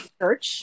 church